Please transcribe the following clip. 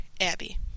Abby